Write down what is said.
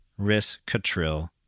Riss-Catrill